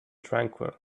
tranquil